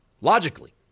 Logically